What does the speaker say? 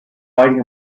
biting